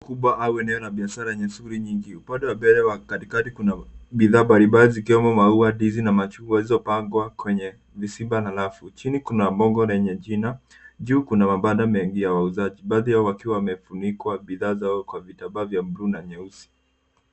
...kubwa au eneo la biashara lenye shughuli nyingi. Upande wa mbele wa katikati kuna bidhaa mbalimbali zikiwemo maua, ndizi na machungwa zilizopangwa kwenye visimba na rafu. Chini kuna bango lenye jina. Juu kuna mabanda mengi ya wauzaji baadhi yao wakiwa wamefunika bidhaa zao kwa vitambaa vya bluu na nyeusi.